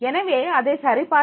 எனவே அதை சரிபார்க்க வேண்டும்